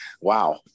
Wow